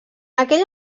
aquell